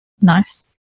Nice